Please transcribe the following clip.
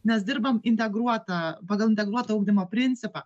nes dirbam integruotą pagal integruoto ugdymo principą